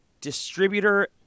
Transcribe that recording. distributor